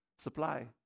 supply